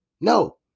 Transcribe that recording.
No